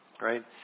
right